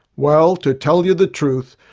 well, to tell you the truth,